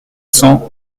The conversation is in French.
cents